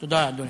תודה, אדוני.